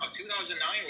2009